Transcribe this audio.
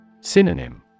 Synonym